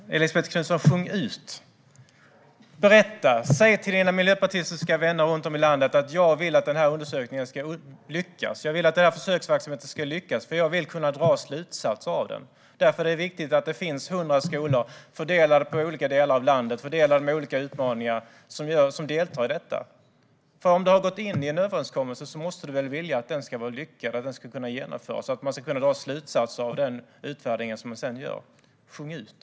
Herr talman! Sjung ut, Elisabet Knutsson! Berätta! Säg till dina miljöpartistiska vänner runt om i landet: Jag vill att denna undersökning ska lyckas. Jag vill att försöksverksamheten ska lyckas, för jag vill kunna dra slutsatser av den. Därför är det viktigt att det finns 100 skolor fördelade på olika delar av landet och med olika utmaningar som deltar i detta. Om du har gått in i en överenskommelse måste du väl vilja att den ska vara lyckad och kan genomföras så att man kan dra slutsatser av den utvärdering man sedan gör. Sjung ut!